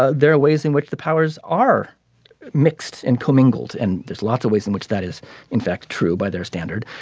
ah there are ways in which the powers are mixed and commingled and there's lots of ways in which that is in fact true by their standard.